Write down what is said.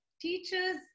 teachers